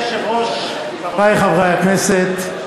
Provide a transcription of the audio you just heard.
אדוני היושב-ראש, חברי חברי הכנסת,